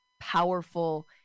powerful